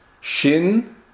Shin